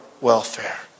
welfare